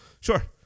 Sure